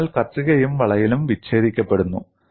അതിനാൽ കത്രികയും വളയലും വിച്ഛേദിക്കപ്പെടുന്നു